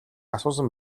асуусан